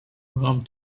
going